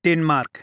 Denmark